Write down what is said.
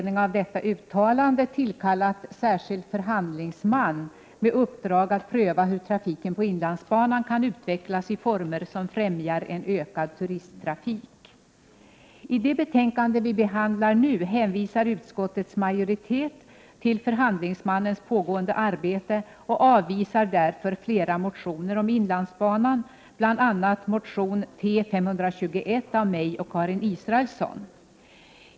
I det betänkande som vi nu behandlar hänvisar utskottets majoritet till förhandlingsmannens pågående arbete och avvisar därför flera motioner om inlandsbanan. Det gäller bl.a. motion T521 av mig och Karin Israelsson.